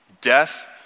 Death